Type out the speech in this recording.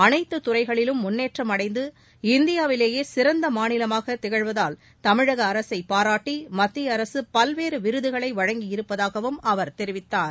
அனைத்து துறைகளிலும் முன்னேற்றம் அடைந்து இந்தியாவிலேயே சிறந்த மாநிலமாக திகழ்வதால் தமிழக அரசை பாராட்டி மத்திய அரசு பல்வேறு விருதுகளை வழங்கியிருப்பதாகவும் அவர் தெரிவித்தார்